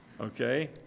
Okay